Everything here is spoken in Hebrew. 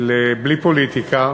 של בלי פוליטיקה,